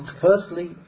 firstly